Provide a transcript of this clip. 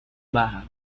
baja